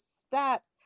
steps